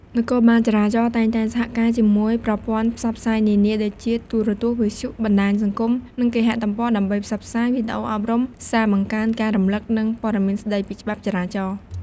នគរបាលចរាចរណ៍តែងតែសហការជាមួយប្រព័ន្ធផ្សព្វផ្សាយនានា ដូចជាទូរទស្សន៍ វិទ្យុ បណ្តាញសង្គម និងគេហទំព័រ ដើម្បីផ្សព្វផ្សាយ វីដេអូអប់រំ សារបង្កើនការរំលឹក និងព័ត៌មានស្តីពីច្បាប់ចរាចរណ៍។